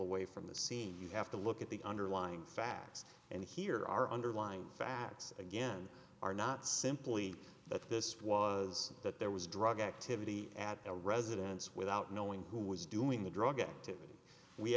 away from the scene you have to look at the underlying facts and here are underlined facts again are not simply that this was that there was drug activity at a residence without knowing who was doing the drug activity we